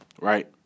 right